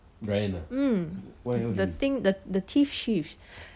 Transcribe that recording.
mm the the thing the teeth shift